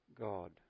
God